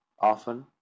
often